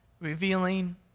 revealing